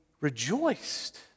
rejoiced